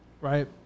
right